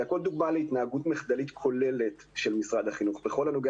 זה הכול דוגמה להתנהלות מחדלית כוללת של משרד החינוך בכל הנוגע